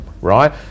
Right